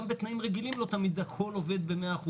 גם בתנאים רגילים לא תמיד הכול עובד ב-100%,